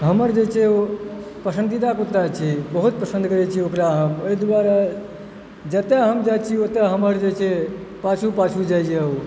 हमर जे छै ओ पसन्दीदा कुत्ता छै बहुत पसन्द करैत छियै ओकरा हम एहि दुआरे जतऽ हम जाइत छी ओतऽ हमर जे छै से पाछू पाछू जाइए ओ